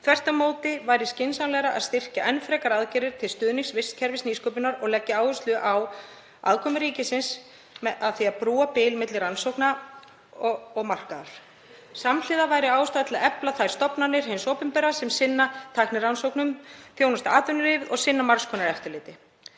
Þvert á móti væri skynsamlegra að styrkja enn frekar aðgerðir til stuðnings vistkerfis nýsköpunar og leggja áherslu á aðkomu ríkisins að því að brúa bil milli rannsókna og markaðar. Samhliða væri ástæða til að efla þær stofnanir hins opinbera sem sinna tæknirannsóknum, þjónusta atvinnulífið og sinna margs konar eftirliti.“